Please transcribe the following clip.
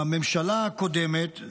בממשלה הקודמת,